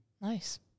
Nice